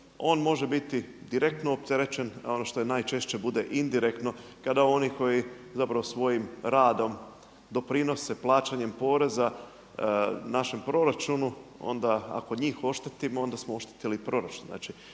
on može biti direktno opterećen a ono što je najčešće bude indirektno kada oni koji zapravo svojim radom doprinose plaćanjem poreza našem proračunu onda ako njih oštetimo onda smo oštetili proračun.